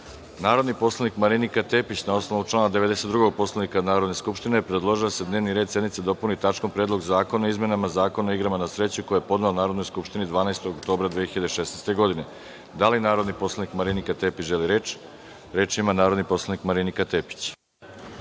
predlog. Narodni poslanik Marinika Tepić na osnovu člana 92. Poslovnika Narodne skupštine predložila je da se dnevni red sednice dopuni tačkom – Predlog zakona o izmenama Zakona o igrama na sreću, koji je podnela Narodnoj skupštini 12. oktobra 2016. godine. Da li narodni poslanik Marinika Tepić želi reč? Reč ima narodni poslanik Marinika Tepić.